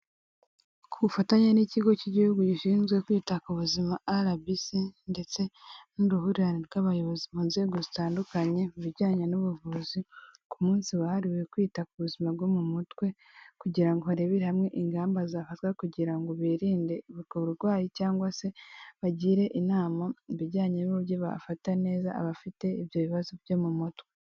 Ku bufatanye n'ikigo cy'igihugu gishinzwe kwita ku buzima RBC ndetse n'uruhurirane rw'abayobozi mu nzego zitandukanye mu bijyanye n'ubuvuzi, ku munsi wahariwe kwita ku buzima bwo mu mutwe kugira ngo harebere hamwe ingamba zafatwa kugira ngo birinde ubwo burwayi cyangwa se bagire inama mu bijyanye n'uburyo bafata neza abafite ibyo bibazo byo mu mutwe.